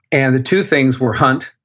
and the two things were hunt